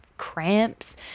Cramps